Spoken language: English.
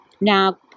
Now